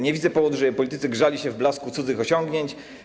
Nie widzę powodu, żeby politycy grzali się w blasku cudzych osiągnięć.